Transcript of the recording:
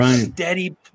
steady